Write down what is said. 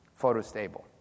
photostable